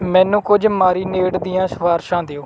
ਮੈਨੂੰ ਕੁਝ ਮਾਰੀਨੇਡ ਦੀਆਂ ਸਿਫਾਰਸ਼ਾਂ ਦਿਓ